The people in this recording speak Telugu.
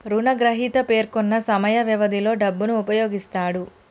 రుణగ్రహీత పేర్కొన్న సమయ వ్యవధిలో డబ్బును ఉపయోగిస్తాడు